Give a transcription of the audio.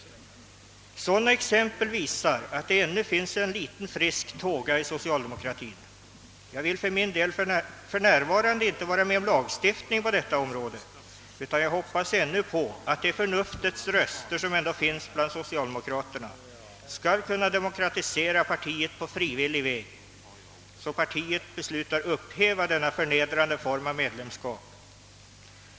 Sådana exempel visar att det ännu finns en liten frisk tåga i socialdemokratien. Jag vill för min del för närvarande inte vara med om lagstiftning på detta område, utan jag hoppas ännu på att de förnuftets röster, som ändå finns bland socialdemokraterna, skall kunna demokratisera partiet på frivillig väg så att partiet beslutar upphäva denna förnedrande form av medlemskap.